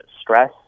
stress